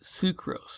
sucrose